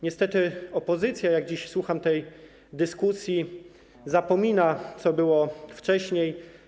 Niestety opozycja - dziś słucham jej w tej dyskusji - zapomina, co było wcześniej.